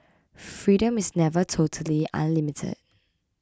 freedom is never totally unlimited